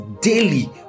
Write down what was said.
daily